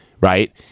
right